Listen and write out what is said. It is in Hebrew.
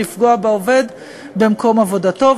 לפגוע בעובד במקום עבודתו,